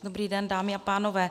Dobrý den, dámy a pánové.